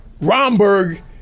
Romberg